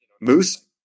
moose